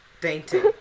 dainty